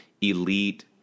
elite